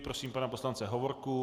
Prosím pana poslance Hovorku.